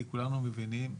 כי כולנו מבינים,